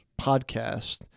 podcast